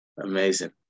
amazing